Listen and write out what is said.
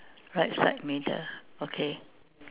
right side middle okay